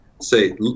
say